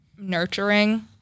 nurturing